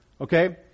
Okay